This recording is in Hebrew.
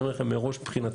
אני אומר לכם מראש, מבחינתי,